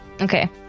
Okay